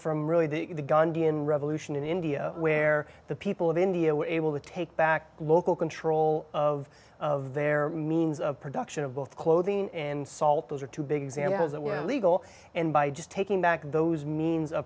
gandhian revolution in india where the people of india were able to take back local control of of their means of production of both clothing and salt those are two big examples that were legal and by just taking back those means